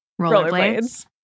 rollerblades